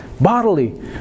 bodily